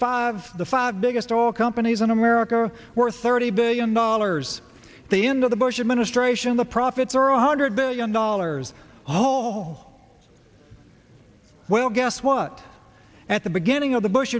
five the five biggest all companies in america were thirty billion dollars they in the bush administration the profits are one hundred billion dollars hole well guess what at the beginning of the bush